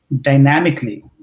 dynamically